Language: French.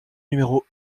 numéro